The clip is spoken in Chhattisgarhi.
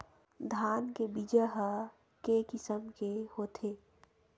धान के बीजा ह के किसम के होथे?